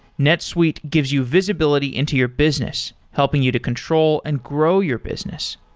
netsuite gives you visibility into your business, helping you to control and grow your business.